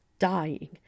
dying